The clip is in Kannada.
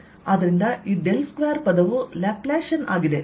ಆದ್ದರಿಂದ ಈ ಡೆಲ್ ಸ್ಕ್ವೇರ್ ಪದವು ಲ್ಯಾಪ್ಲಾಸಿಯನ್ ಆಗಿದೆ